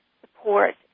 support